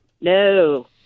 No